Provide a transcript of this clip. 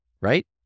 right